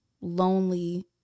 lonely